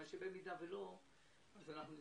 אם הם לא יעשו את זה,